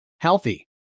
healthy